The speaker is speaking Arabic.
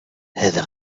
هذا